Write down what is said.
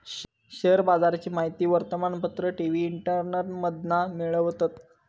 share बाजाराची माहिती वर्तमानपत्र, टी.वी, इंटरनेटमधना मिळवतत